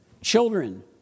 children